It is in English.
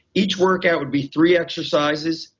each workout would be three exercises.